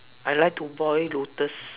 I like to boil lotus